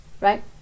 Right